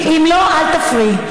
אם לא, אל תפריעי.